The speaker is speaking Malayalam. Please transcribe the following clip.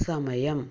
സമയം